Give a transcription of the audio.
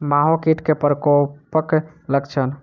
माहो कीट केँ प्रकोपक लक्षण?